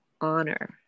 honor